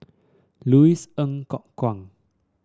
Louis Ng Kok Kwang